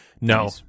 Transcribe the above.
No